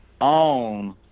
own